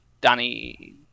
Danny